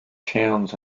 towns